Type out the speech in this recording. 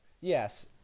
Yes